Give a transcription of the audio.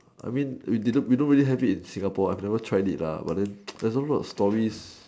I mean we don't really have it in Singapore I have never tried it but there's a lot of stories